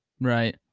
Right